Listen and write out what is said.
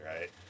right